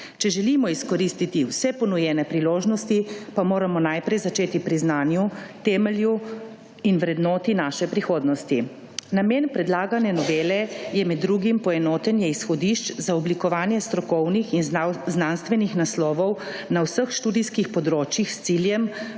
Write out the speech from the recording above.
Če želimo izkoristiti vse ponujene priložnosti pa moramo najprej začeti pri znanju, temelju in vrednoti naše prihodnosti. Namen predlagane novele je med drugim poenotenje izhodišč za oblikovanje strokovnih in znanstvenih naslovov na vseh študijskih področjih s ciljem